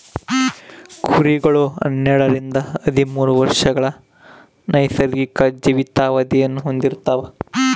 ಕುರಿಗಳು ಹನ್ನೆರಡರಿಂದ ಹದಿಮೂರು ವರ್ಷಗಳ ನೈಸರ್ಗಿಕ ಜೀವಿತಾವಧಿನ ಹೊಂದಿರ್ತವ